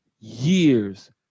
years